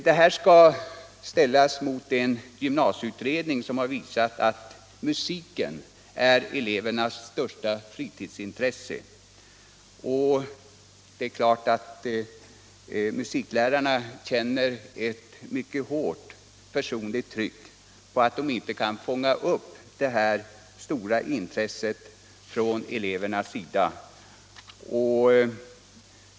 Detta bör ses mot bakgrunden av att gymnasieutredningen har visat att musiken är elevernas största fritidsintresse. Det är klart att musiklärarna känner mycket hårt personligt tryck om de inte kan fånga upp detta stora musikintresse hos eleverna.